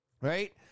Right